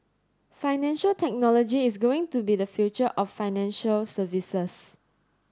financial technology is going to be the future of financial services